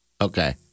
Okay